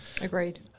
Agreed